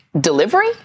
delivery